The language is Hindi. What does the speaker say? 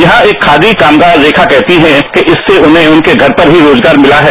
यहां एक खादी कामगार रेखा कहती है कि इससे उन्हें उनके घर पर ही रोजगार मिला है